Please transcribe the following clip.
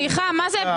זה נמצא פה?